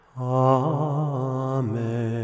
Amen